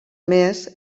més